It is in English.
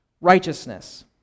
Righteousness